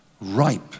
ripe